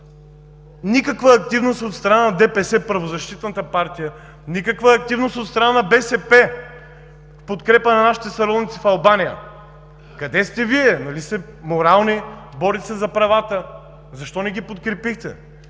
никаква активност от страна на ДПС – правозащитната партия, никаква активност от страна на БСП в подкрепа на нашите сънародници в Албания! Къде сте Вие? Нали сте морални, борите се за правата – защо не ги подкрепихте?